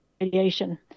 radiation